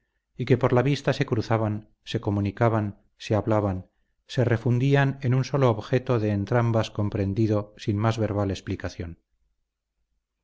y que por la vista se cruzaban se comunicaban se hablaban se refundían en un solo objeto de entrambas comprendido sin más verbal explicación